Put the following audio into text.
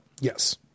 Yes